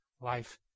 life